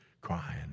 crying